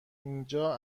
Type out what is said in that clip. اینجا